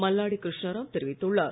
மல்லாடி கிருஷ்ணராவ் தெரிவித்துள்ளார்